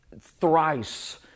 thrice